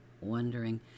wondering